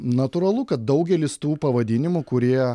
natūralu kad daugelis tų pavadinimų kurie